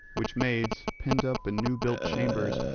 which maidens, pent up in new-built chambers,